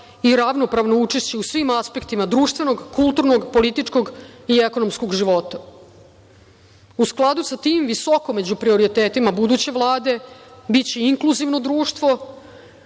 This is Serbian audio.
i ravnopravno učešće u svim aspektima društvenog, kulturnog, političkog i ekonomskog života.U skladu sa tim, visoko među prioritetima buduće Vlade biće inkluzivno društvo,